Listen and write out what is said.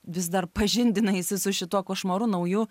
vis dar pažindinaisi su šituo košmaru nauju